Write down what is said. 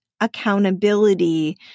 accountability